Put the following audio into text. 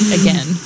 again